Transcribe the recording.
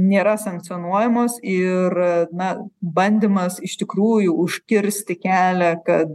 nėra sankcionuojamos ir na bandymas iš tikrųjų užkirsti kelią kad